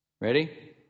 Ready